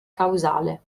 causale